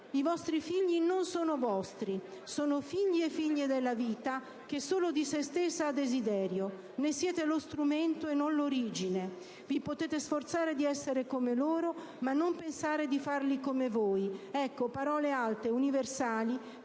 «I vostri figli non sono vostri. Sono figli e figlie della vita che solo di se stessa ha desiderio. Ne siete lo strumento e non l'origine.... Vi potete sforzare di essere come loro, ma non pensare di farli come voi». Parole alte, universali,